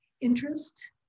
interest